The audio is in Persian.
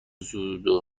زودرس